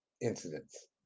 incidents